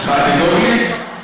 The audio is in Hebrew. התחלת לדאוג לי?